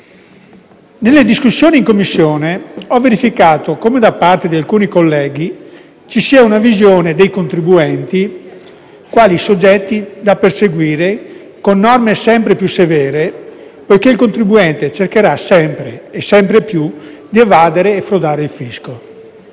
Nelle discussioni in Commissione ho verificato come, da parte di alcuni colleghi, ci sia una visione dei contribuenti quali soggetti da perseguire con norme sempre più severe, poiché il contribuente cercherà sempre e sempre più di evadere e frodare il fisco.